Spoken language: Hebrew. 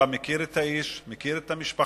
אתה מכיר את האיש, מכיר את המשפחה,